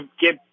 get